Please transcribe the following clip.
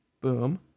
Boom